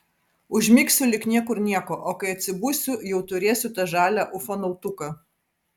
užmigsiu lyg niekur nieko o kai atsibusiu jau turėsiu tą žalią ufonautuką